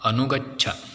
अनुगच्छ